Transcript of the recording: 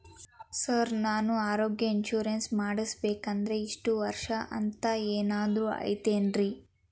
Sir ನಾನು ಆರೋಗ್ಯ insurance ಮಾಡಿಸ್ಬೇಕಂದ್ರೆ ಇಷ್ಟ ವರ್ಷ ಅಂಥ ಏನಾದ್ರು ಐತೇನ್ರೇ?